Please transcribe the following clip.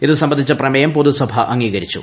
ഇതു സംബന്ധിച്ചു പ്ര്മേയം പൊതുസഭ അംഗീകരിച്ചു